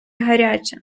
гаряче